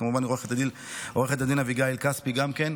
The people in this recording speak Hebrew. כמובן, עו"ד אביגיל כספי גם כן.